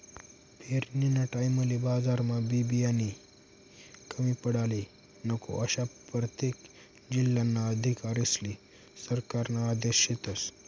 पेरनीना टाईमले बजारमा बी बियानानी कमी पडाले नको, आशा परतेक जिल्हाना अधिकारीस्ले सरकारना आदेश शेतस